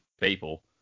people